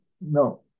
no